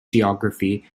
geography